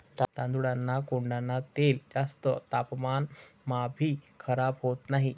तांदूळना कोंडान तेल जास्त तापमानमाभी खराब होत नही